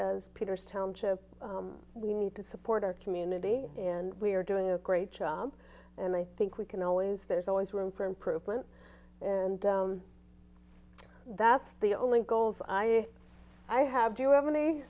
as peter's township we need to support our community and we are doing a great job and i think we can always there's always room for improvement and that's the only goals i i have to have an